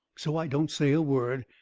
so i don't say a word.